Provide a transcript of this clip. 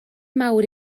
mawr